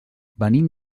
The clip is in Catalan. venim